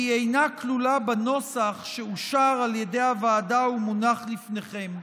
והיא אינה כלולה בנוסח שאושר על ידי הוועדה ומונח לפניכם.